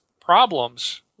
problems